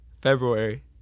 February